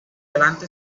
delante